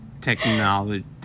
Technology